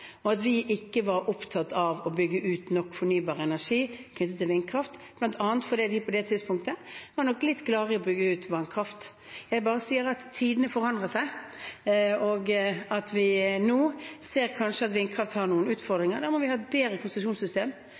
og at vi ikke var opptatt av å bygge ut nok fornybar energi knyttet til vindkraft, bl.a. fordi vi på det tidspunktet nok var litt mer glad i å bygge ut vannkraft. Jeg bare sier at tidene forandrer seg, og vi ser nå at vindkraft kanskje har noen utfordringer. Da må vi ha et bedre konsesjonssystem.